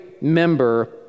member